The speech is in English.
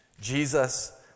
Jesus